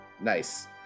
Nice